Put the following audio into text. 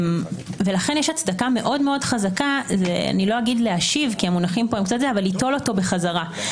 לכן יש הצדקה מאוד-מאוד חזקה ליטול אותו בחזרה.